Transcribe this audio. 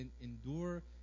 endure